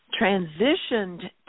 transitioned